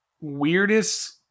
weirdest